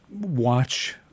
watch